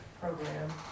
program